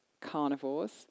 Carnivores